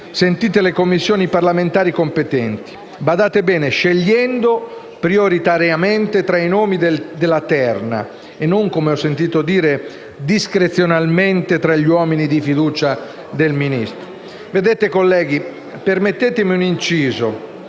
sentite le Commissioni parlamentari competenti - badate bene - scegliendo prioritariamente tra i nomi della terna e non, come ho sentito dire, discrezionalmente tra gli uomini di fiducia del Ministro. Colleghi, permettetemi un inciso: